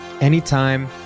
Anytime